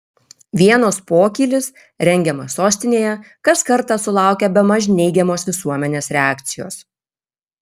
vienos pokylis rengiamas sostinėje kas kartą sulaukia bemaž neigiamos visuomenės reakcijos